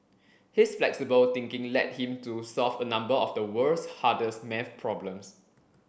his flexible thinking led him to solve a number of the world's hardest maths problems